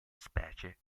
specie